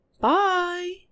bye